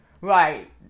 Right